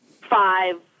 five